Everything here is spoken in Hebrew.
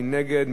מי נגד?